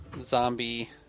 zombie